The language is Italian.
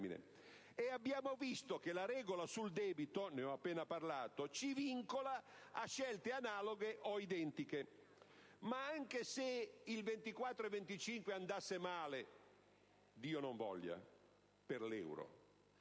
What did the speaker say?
E abbiamo poi visto che la regola sul debito - ne ho appena parlato - ci vincola a scelte analoghe o identiche. Ma anche se il 24 e il 25 marzo andasse male - Dio non voglia, per l'euro